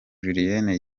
julienne